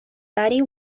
body